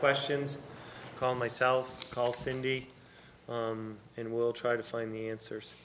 questions call myself call cindy and we'll try to find the answers